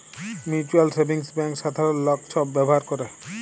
mutual savings bank সাধারল লক ছব ব্যাভার ক্যরে